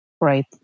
Right